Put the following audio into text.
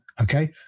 okay